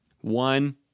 One